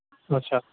अच्छा